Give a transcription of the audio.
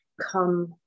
come